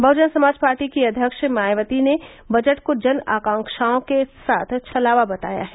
बहुजन Samaj party की अध्यक्ष मायावती ने बजट को जन आकांक्षाओं के साथ छलावा बताया है